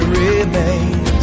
remains